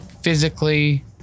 physically